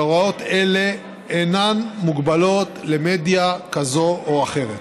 והוראות אלו אינן מוגבלות למדיה כזו או אחרת.